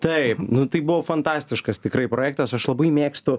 taip nu tai buvo fantastiškas tikrai projektas aš labai mėgstu